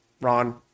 Ron